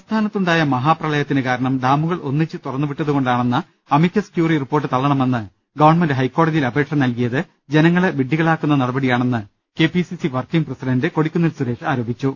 സംസ്ഥാനത്തുണ്ടായ മഹാപ്രളയത്തിന് കാരണം ഡാമുകൾ ഒന്നിച്ച് തുറന്നുവിട്ടത് കൊണ്ടാണെന്ന അമിക്കസ് ക്യൂറി റിപ്പോർട്ട് തള്ളണമെന്ന് ഗവൺമെന്റ് ഹൈക്കോടതിയിൽ അപേക്ഷ നൽകിയത് ജനങ്ങളെ വിഡ്ഢികളാക്കുന്ന നടപടി യാണെന്ന് K P C C working president Kodikunnil Suresh ആരോപിച്ചു